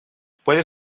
puede